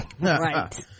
Right